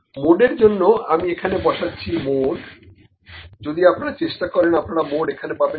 মোডের জন্য আমি এখানে বসাচ্ছি মোড যদি আপনারা চেষ্টা করেন আপনারা মোড এখানে পাবেন 1503